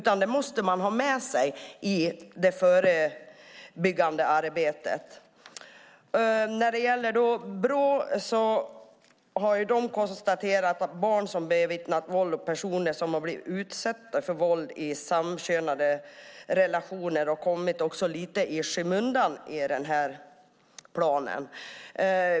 Man måste ha det med sig i det förebyggande arbetet. Brå har konstaterat att barn som bevittnat våld och personer som har blivit utsatta för våld i samkönade relationer har kommit lite i skymundan i den här planen.